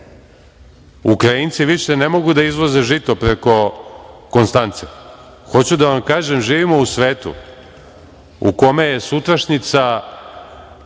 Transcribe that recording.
Ukrajinci više ne mogu da izvoze žito preko Konstance. Hoću da vam kažem, živimo u svetu u kome je sutrašnjica,